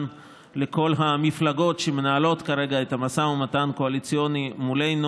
לכל המפלגות שמנהלות כרגע את המשא ומתן הקואליציוני מולנו,